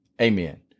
Amen